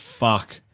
Fuck